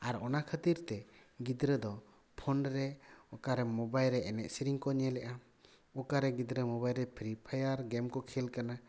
ᱟᱨ ᱚᱱᱟ ᱠᱷᱟᱹᱛᱤᱨ ᱛᱮ ᱜᱤᱫᱽᱨᱟᱹ ᱫᱚ ᱯᱷᱳᱱ ᱨᱮ ᱚᱠᱟᱨᱮ ᱢᱚᱵᱟᱭᱤᱞ ᱨᱮ ᱮᱱᱮᱡ ᱥᱮᱨᱮᱧ ᱠᱚ ᱧᱮᱞᱮᱫᱟ ᱚᱠᱟᱨᱮ ᱜᱤᱫᱽᱨᱟᱹ ᱢᱚᱵᱟᱭᱤᱞ ᱨᱮ ᱯᱷᱨᱤᱯᱷᱟᱭᱟᱨ ᱜᱮᱢ ᱠᱚ ᱠᱷᱮᱞ ᱠᱟᱱᱟ